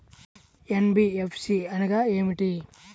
NBFC అనగా ఏమిటీ?